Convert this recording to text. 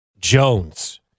Jones